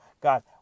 God